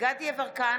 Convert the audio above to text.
דסטה גדי יברקן,